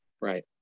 Right